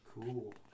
Cool